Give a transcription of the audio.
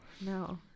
No